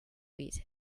eat